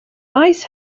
ice